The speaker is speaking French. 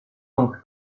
donc